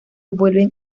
vuelven